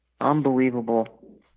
Unbelievable